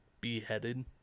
beheaded